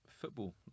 football